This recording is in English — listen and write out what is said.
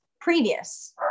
previous